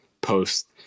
post